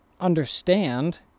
understand